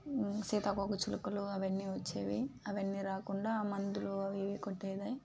సీతాకోకచిలుకలు అవన్నీ వచ్చేవి అవన్నీ రాకుండా మందులు అవి ఇవి కొట్టేది